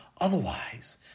Otherwise